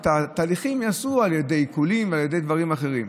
ואת התהליכים יעשו על ידי עיקולים ועל ידי דברים אחרים.